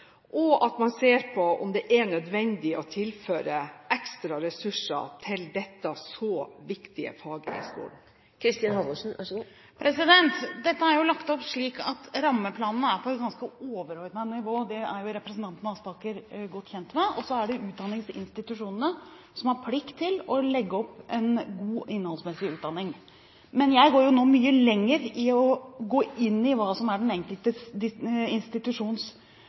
og oppmerksomhet, og se på om det er nødvendig å tilføre ekstra ressurser til dette viktige faget i skolen? Dette er lagt opp slik at rammeplanene er på et ganske overordnet nivå – det er jo representanten Aspaker godt kjent med – og så er det utdanningsinstitusjonene som har plikt til å legge opp en innholdsmessig god utdanning. Men jeg går nå mye lenger i å gå inn i hva som er den enkelte institusjons